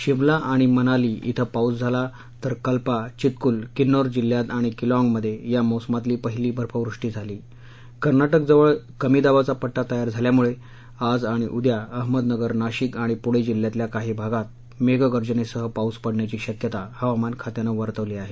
शिमला आणि मनाली िब्रें पाऊस झाला तर कल्पा चित्कुल कीन्नौर जिल्ह्यात आणि कीलाँगमध्ये या मोसमातली पहिली बर्फवृष्टी झाली कर्नाटकजवळ कमी दाबाचा पट्टा तयार झाल्यामुळे आज आणि उद्या अहमदनगर नाशिक आणि पुणे जिल्ह्यातल्या कांही भागात मेघगर्जनेसह पाऊस पडण्याची शक्यता हवामान खात्यानं वर्तविली आहे